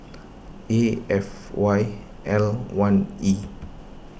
A F Y L one E